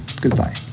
goodbye